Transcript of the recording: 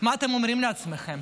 מה אתם אומרים לעצמכם?